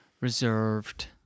reserved